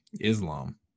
Islam